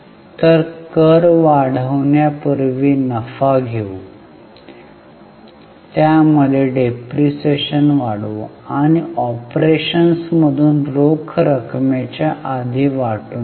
तर कर वाढवण्यापूर्वी नफा घेऊ पीबीडीआयटी आहे त्यामध्ये डेप्रिसिएशन वाढवू आणि ऑपरेशन्समधून रोख रकमेच्या आधी वाटून घेऊ